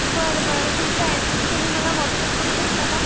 बरं बरं तुमचा ॲड्रेस तुम्ही मला व्हॉटस्अप करु शकता का